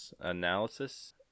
analysis